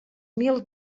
mil